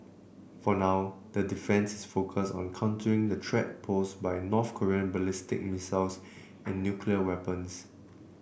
for now that defence is focused on countering the threat posed by North Korean ballistic missiles and nuclear weapons